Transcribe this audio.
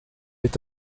est